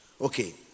Okay